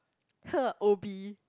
!huh! O_B